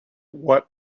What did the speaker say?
what